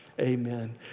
Amen